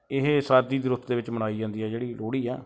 ਇਹ ਸਰਦੀ ਦੀ ਰੁੱਤ ਦੇ ਵਿੱਚ ਮਨਾਈ ਜਾਂਦੀ ਹੈ ਜਿਹੜੀ ਲੋਹੜੀ ਆ